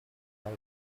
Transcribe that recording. life